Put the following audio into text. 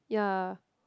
yeah